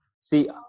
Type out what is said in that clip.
See